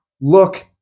look